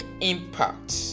impact